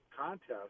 contest